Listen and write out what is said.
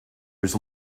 which